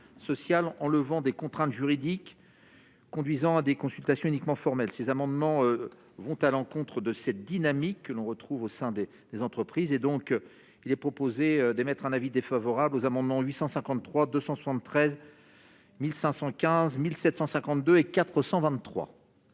en levant des contraintes juridiques, conduisant à des consultations uniquement formelle ces amendements vont à l'encontre de cette dynamique que l'on retrouve au sein des des entreprises et donc il est proposé d'émettre un avis défavorable aux amendements 853 273515 1752 et 423.